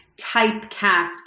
typecast